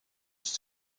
ist